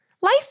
Life